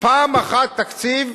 פעם אחת תקציב,